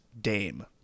dame